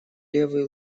левый